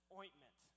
ointment